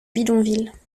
bidonvilles